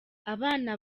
abana